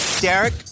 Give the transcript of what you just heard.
Derek